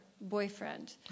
boyfriend